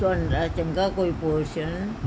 ਤੁਹਾਡਾ ਚੰਗਾ ਕੋਈ ਪੋਰਸ਼ਨ